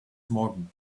morgan